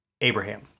Abraham